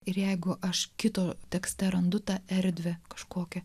ir jeigu aš kito tekste randu tą erdvę kažkokią